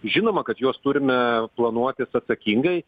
žinoma kad juos turime planuotis atsakingai